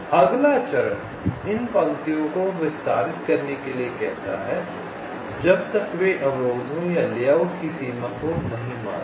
अगला चरण इन पंक्तियों को विस्तारित करने के लिए कहता है जब तक वे अवरोधों या लेआउट की सीमा को नहीं मारते